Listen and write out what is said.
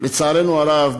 לצערנו הרב,